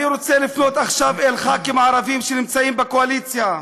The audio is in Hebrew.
אני רוצה לפנות עכשיו אל חברי הכנסת הערבים שנמצאים בקואליציה.